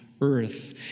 earth